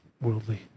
worldly